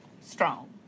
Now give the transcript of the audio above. strong